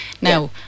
Now